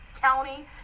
county